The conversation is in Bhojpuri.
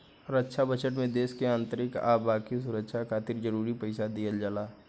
रक्षा बजट में देश के आंतरिक आ बाकी सुरक्षा खातिर जरूरी पइसा दिहल जाला